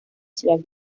ciudad